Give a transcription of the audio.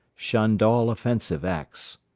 shunned all offensive acts.